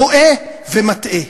טועה ומטעה.